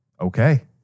Okay